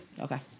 Okay